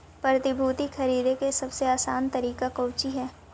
प्रतिभूति खरीदे के सबसे आसान तरीका कउची हइ